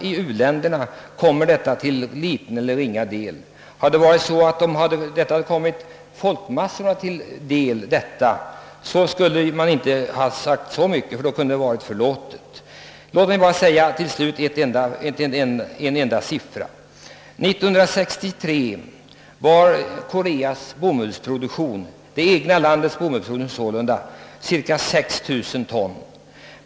i u-länderna får mycket ringa eller ingen glädje därav. Om. hjälpen kommit folkmassorna till del, hade man inte sagt så mycket härom, - Ett exempel skall ges. År 1963 uppgick Koreas egen bomullsproduktion till cirka 6 000 ton.